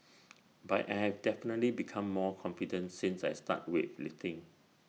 but I have definitely become more confident since I started weightlifting